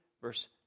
verse